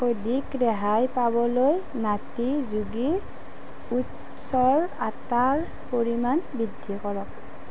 অধিক ৰেহাই পাবলৈ নাটী যোগী ওটছৰ আটাৰ পৰিমাণ বৃদ্ধি কৰক